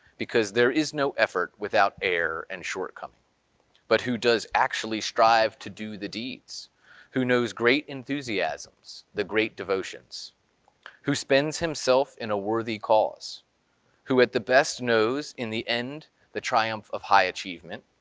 because there is no effort without error and shortcoming but who does actually strive to do the deeds who knows great enthusiasms, the great devotions who spends himself in a worthy cause who at the best knows in the end the triumph of high achievement,